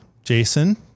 Jason